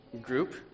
group